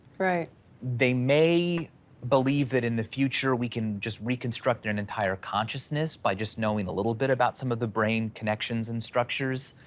they may believe that in the future, we can just reconstruct an entire consciousness by just knowing a little bit about some of the brain connections and structures,